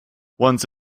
once